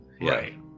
Right